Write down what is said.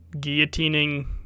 guillotining